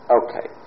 okay